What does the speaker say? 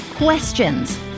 questions